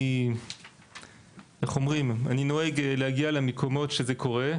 אני נוהג להגיע למקומות שזה קורה בהם,